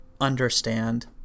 understand